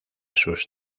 sus